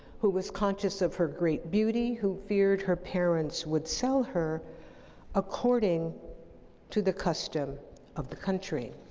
who was conscious of her great beauty, who feared her parents would sell her according to the custom of the country.